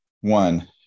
One